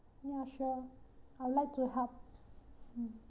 ya sure I'd like to help mm